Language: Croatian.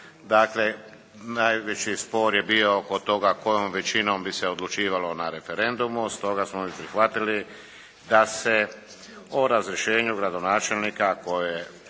dakle najveći spor je bio oko toga kojom većinom bi se odlučivalo na referendumu stoga smo prihvatili da se o razrješenju gradonačelnika koje